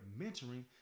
mentoring